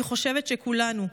אני חושבת שכולנו,